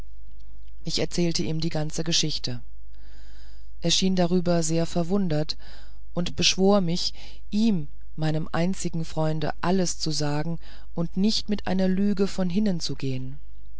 ich erzählte ihm die ganze geschichte er schien darüber sehr verwundert und beschwor mich ihm meinem einzigen freunde alles zu sagen und nicht mit einer lüge von hinnen zu gehen